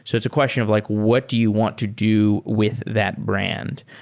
so it's a question of like what do you want to do with that brand?